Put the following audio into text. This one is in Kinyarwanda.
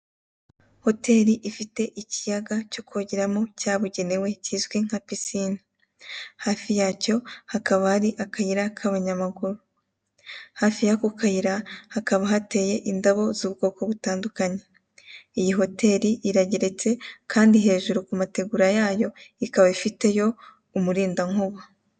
Hoteli ifite ikiyaga cyo kogeramo cyabugenewe kizwi nka pisine hafi yacyo hakaba hari akayira k'abanyamaguru hafi yako kayira hakaba hateye indabo z'ubwoko butandukanye, iyi hoteli irageretse kandi hejuru ku mategura yayo ikaba ifite yo umurinda nkuba.